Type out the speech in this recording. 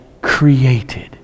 created